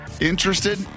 Interested